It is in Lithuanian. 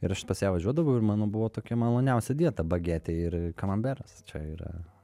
ir aš pas ją važiuodavau ir mano buvo tokia maloniausia dieta bagetė ir kamamberas čia yra